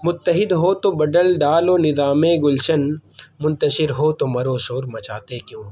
متحد ہو تو بدل ڈالو نظام گلشن منتشر ہو تو مرو شور مچاتے کیوں ہو